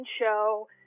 show